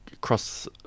cross